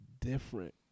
different